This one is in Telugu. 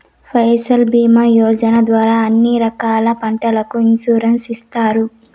ఫసల్ భీమా యోజన ద్వారా అన్ని రకాల పంటలకు ఇన్సురెన్సు ఇత్తారు